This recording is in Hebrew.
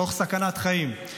תוך סכנת חיים,